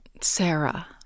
Sarah